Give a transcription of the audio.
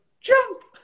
jump